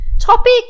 topic